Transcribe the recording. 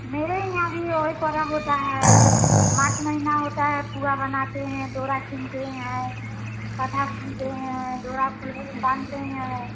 मेरे यहाँ भी वह ही पर्व होता है मार्च महिना होता है पुहा बनाते हैं दोहा खेलते हैं कथा सुनते है दोहा श्लोक बांधते हैं